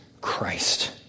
Christ